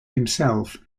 himself